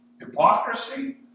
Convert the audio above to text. hypocrisy